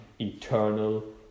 eternal